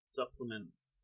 supplements